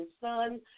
son